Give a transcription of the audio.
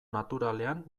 naturalean